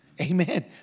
Amen